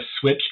Switch